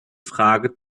frage